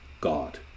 God